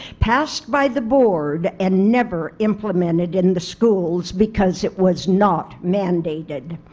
passed by the board, and never implemented in the schools because it was not mandated.